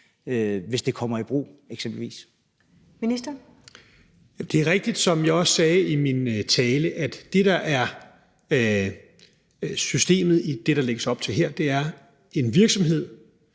fiskeri (Rasmus Prehn): Det er rigtigt, som jeg også sagde i min tale, at det, der er systemet i det, der lægges op til her, er, at en virksomhed